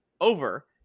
over